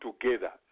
together